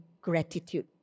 gratitude